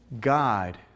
God